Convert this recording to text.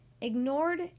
ignored